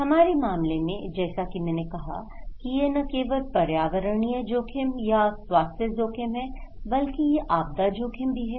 हमारे मामले में जैसा कि मैंने कहा कि यह न केवल पर्यावरणीय जोखिम या स्वास्थ्य जोखिम है बल्कि यह आपदा जोखिम भी है